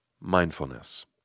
Mindfulness